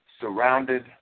surrounded